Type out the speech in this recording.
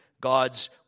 God's